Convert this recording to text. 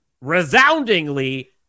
resoundingly